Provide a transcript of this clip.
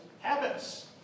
habits